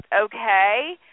okay